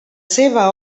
seva